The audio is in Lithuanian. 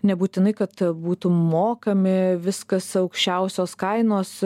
nebūtinai kad būtų mokami viskas aukščiausios kainos